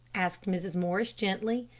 asked mrs. morris, gently.